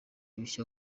bishya